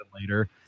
later